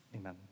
Amen